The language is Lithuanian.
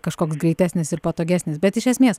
kažkoks greitesnis ir patogesnis bet iš esmės